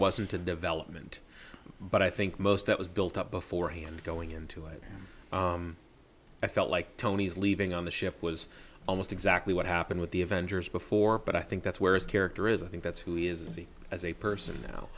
wasn't a development but i think most that was built up beforehand going into it i felt like tony's leaving on the ship was almost exactly what happened with the avengers before but i think that's where his character is a i think that's who he is the as a person now